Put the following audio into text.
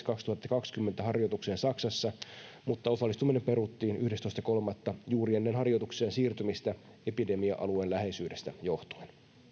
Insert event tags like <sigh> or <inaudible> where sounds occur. <unintelligible> kaksituhattakaksikymmentä harjoitukseen saksassa mutta osallistuminen peruttiin yhdestoista kolmatta juuri ennen harjoitukseen siirtymistä epidemia alueen läheisyydestä johtuen